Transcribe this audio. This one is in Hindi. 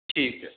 ठीक है